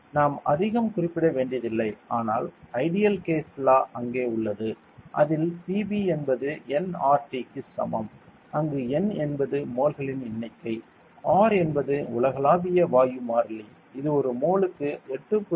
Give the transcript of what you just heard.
நாம் அதிகம் குறிப்பிட வேண்டியதில்லை ஆனால் ஐடியல் கேஸ் லா அங்கே உள்ளது அதில் PV என்பது nRT க்கு சமம் அங்கு n என்பது மோல்களின் எண்ணிக்கை R என்பது உலகளாவிய வாயு மாறிலி இது ஒரு மோலுக்கு 8